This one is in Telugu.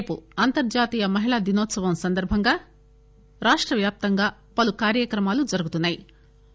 రేపు అంతర్లాతీయ మహిళా దినోత్సవం సందర్బంగా రాష్టవ్యాప్తంగా పలు కార్యక్రమాలు జరుగుతున్నా యి